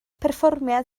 perfformiad